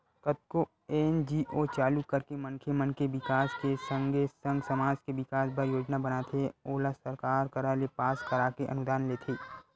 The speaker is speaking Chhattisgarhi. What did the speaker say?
कतको एन.जी.ओ चालू करके मनखे मन के बिकास के संगे संग समाज के बिकास बर योजना बनाथे ओला सरकार करा ले पास कराके अनुदान लेथे